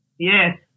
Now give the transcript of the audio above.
Yes